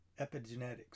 epigenetics